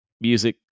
music